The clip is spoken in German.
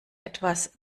etwas